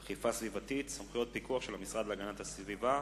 אכיפה סביבתית (סמכויות פיקוח של המשרד להגנת הסביבה),